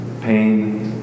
pain